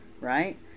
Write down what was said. Right